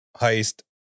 heist